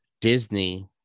Disney